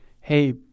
Hey